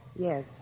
Yes